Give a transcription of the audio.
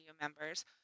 members